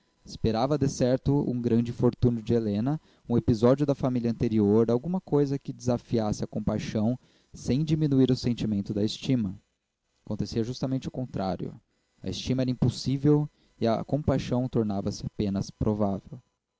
golpes esperava decerto um grande infortúnio de helena um episódio da família anterior alguma coisa que desafiasse a compaixão sem diminuir o sentimento da estima acontecia justamente o contrário a estima era impossível e a compaixão tornava-se apenas provável